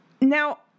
Now